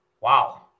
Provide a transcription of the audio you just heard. Wow